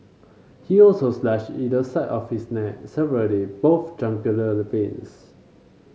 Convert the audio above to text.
he also slashed either side of his neck severing both jugular veins